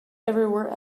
everywhere